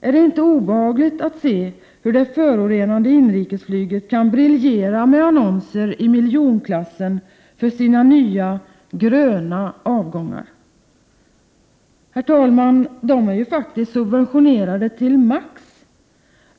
Är det inte obehagligt att se hur det förorenande inrikesflyget kan briljera med annonser i miljonklassen för sina nya ”gröna avgångar”? Herr talman! Inrikesflyget är ju maximalt subventionerat.